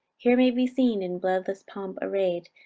here may be seen in bloodless pomp array'd,